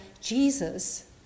Jesus